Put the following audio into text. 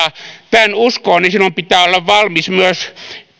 tämän uskoo silloin pitää olla valmis myös